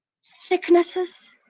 Sicknesses